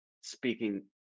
speaking